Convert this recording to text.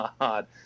God